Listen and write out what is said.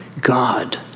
God